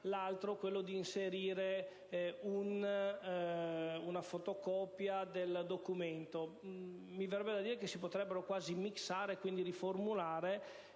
l'altra è tesa a prevedere una fotocopia del documento. Mi verrebbe da dire che si potrebbero quasi "mixare", quindi riformulare,